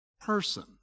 person